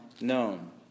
known